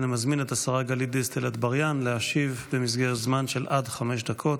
אני מזמין את השרה גלית דיסטל אטבריאן להשיב במסגרת זמן של עד חמש דקות.